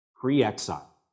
Pre-exile